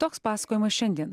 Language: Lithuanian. toks pasakojimas šiandien